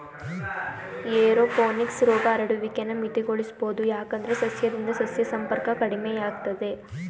aeroponics ರೋಗ ಹರಡುವಿಕೆನ ಮಿತಿಗೊಳಿಸ್ಬೋದು ಯಾಕಂದ್ರೆ ಸಸ್ಯದಿಂದ ಸಸ್ಯ ಸಂಪರ್ಕ ಕಡಿಮೆಯಾಗ್ತದೆ